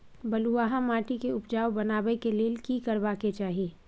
बालुहा माटी के उपजाउ बनाबै के लेल की करबा के चाही?